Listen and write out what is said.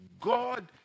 God